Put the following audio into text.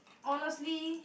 honestly